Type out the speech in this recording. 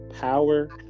power